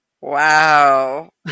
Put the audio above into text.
Wow